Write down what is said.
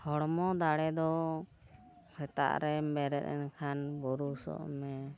ᱦᱚᱲᱢᱚ ᱫᱟᱲᱮ ᱫᱚ ᱥᱮᱛᱟᱜ ᱨᱮᱢ ᱵᱮᱨᱮᱫ ᱮᱱᱠᱷᱟᱱ ᱵᱨᱟᱥᱚᱜ ᱢᱮ